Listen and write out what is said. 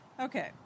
Okay